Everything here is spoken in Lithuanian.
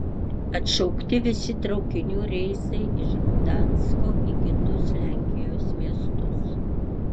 atšaukti visi traukinių reisai iš gdansko į kitus lenkijos miestus